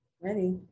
Ready